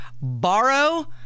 borrow